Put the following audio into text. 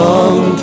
Long